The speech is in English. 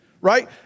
right